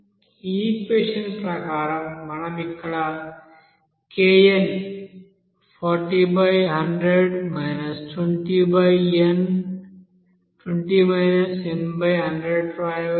ఈ ఈక్వెషన్ ఆధారంగా మనం ఇక్కడ kn40100 20 n100 వ్రాయవచ్చు